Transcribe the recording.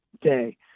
day